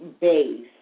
base